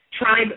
tribe